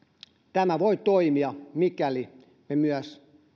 tämä voi toimia mikäli me myös